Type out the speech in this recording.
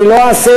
אני לא אהסס,